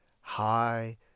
high